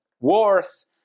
wars